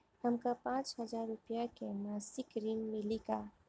हमका पांच हज़ार रूपया के मासिक ऋण मिली का?